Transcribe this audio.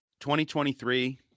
2023